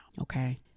okay